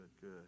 good